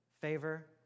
favor